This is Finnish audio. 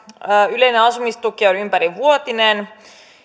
yleinen asumistuki on ympärivuotinen